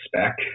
spec